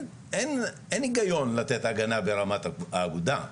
אין היגיון לתת הגנה ברמת האגודה.